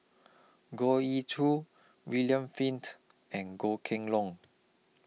Goh Ee Choo William Flint and Goh Kheng Long